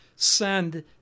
Send